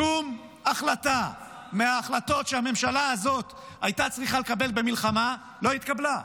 שום החלטה מההחלטות שהממשלה הזאת הייתה צריכה לקבל במלחמה לא התקבלה.